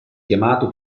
chiamato